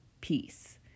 peace